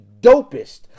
dopest